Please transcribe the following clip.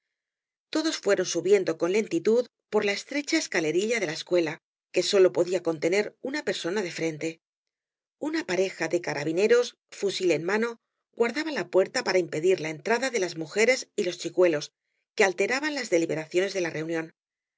todos fueron subiendo con lentitud por la estrecha escalerilla de la escuela que sólo podía contener una persona de frente una pareja de carabineros fusil en mano guardaba la puerta para impedir la entrada de las mujeres y los chicuelos que alteraban las deliberaciones de la reunión